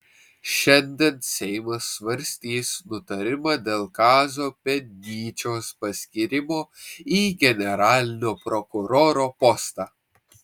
šiandien seimas svarstys nutarimą dėl kazio pėdnyčios paskyrimo į generalinio prokuroro postą